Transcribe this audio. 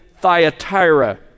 Thyatira